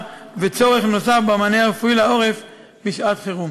וצורך נוסף במענה הרפואי לעורף בשעת-חירום.